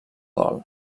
gol